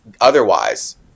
otherwise